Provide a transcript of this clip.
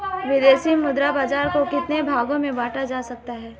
विदेशी मुद्रा बाजार को कितने भागों में बांटा जा सकता है?